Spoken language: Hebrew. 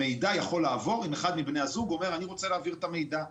המידע יכול לעבור אם אחד מבני הזוג אומר שהוא רוצה להעביר את המידע.